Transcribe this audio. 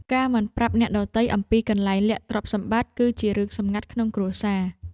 ការមិនប្រាប់អ្នកដទៃអំពីកន្លែងលាក់ទ្រព្យសម្បត្តិ គឺជារឿងសម្ងាត់ក្នុងគ្រួសារ។